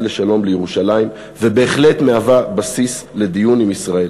לשלום לירושלים והיא בהחלט בסיס לדיון עם ישראל.